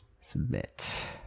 Submit